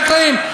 חקלאים.